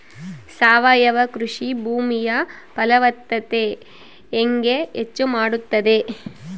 ಸಾವಯವ ಕೃಷಿ ಭೂಮಿಯ ಫಲವತ್ತತೆ ಹೆಂಗೆ ಹೆಚ್ಚು ಮಾಡುತ್ತದೆ?